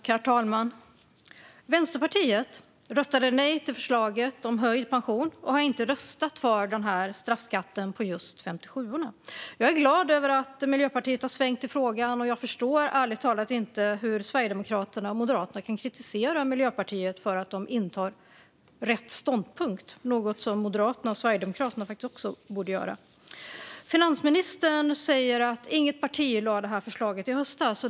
Herr talman! Vänsterpartiet röstade nej till förslaget om höjd pension och har inte röstat för straffskatten för just 57:orna. Jag är glad över att Miljöpartiet har svängt i frågan, och jag förstår ärligt talat inte hur Sverigedemokraterna och Moderaterna kan kritisera Miljöpartiet för att man intar rätt ståndpunkt, vilket Moderaterna och Sverigedemokraterna också borde göra. Finansministern säger att inget parti lade fram detta förslag i höstas.